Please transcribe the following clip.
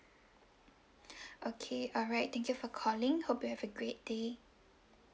okay alright thank you for calling hope you have a great day